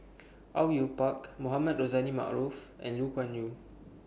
Au Yue Pak Mohamed Rozani Maarof and Lu Kuan Yew